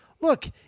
Look